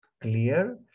clear